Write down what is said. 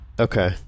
Okay